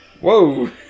Whoa